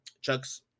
Chuck's